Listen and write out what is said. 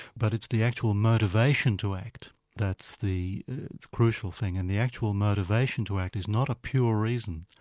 but it's the actual motivation to act that's the crucial thing, and the actual motivation to act is not a pure reason,